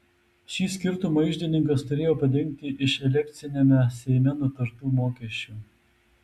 šį skirtumą iždininkas turėjo padengti iš elekciniame seime nutartų mokesčių